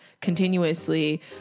continuously